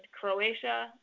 Croatia